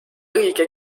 õige